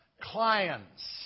clients